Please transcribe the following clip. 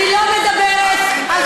אני לא מדברת, היום עשית את זה.